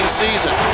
season